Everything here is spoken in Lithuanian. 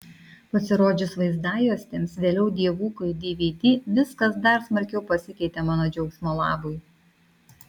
pasirodžius vaizdajuostėms vėliau dievukui dvd viskas dar smarkiau pasikeitė mano džiaugsmo labui